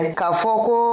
kafoko